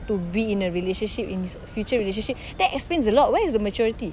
to be in a relationship in his future relationship that explains a lot where is the maturity